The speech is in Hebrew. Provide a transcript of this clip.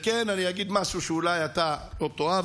כן אגיד משהו שאולי אתה לא תאהב,